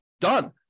Done